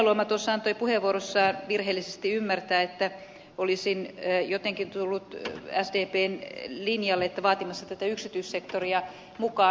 heinäluoma tuossa antoi puheenvuorossaan virheellisesti ymmärtää että olisin jotenkin tullut sdpn linjalle vaatimaan tätä yksityissektoria mukaan